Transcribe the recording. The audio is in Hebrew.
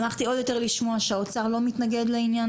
שמחתי אפילו עוד יותר לשמוע שמשרד האוצר לא מתנגד לעניין